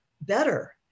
better